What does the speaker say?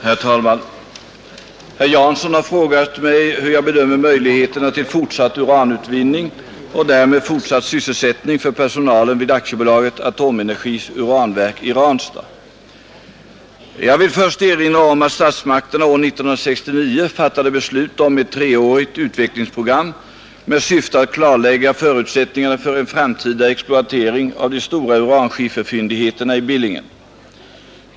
Herr talman! Herr Jansson har frågat mig hur jag bedömer möjligheterna till fortsatt uranutvinning och därmed fortsatt sysselsättning för personalen vid AB Atomenergis uranverk i Ranstad. Jag vill först erinra om att statsmakterna år 1969 fattade beslut om ett treårigt utvecklingsprogram med syfte att klarlägga förutsättningarna för en framtida exploatering av de stora uranskifferfyndigheterna i Billingen.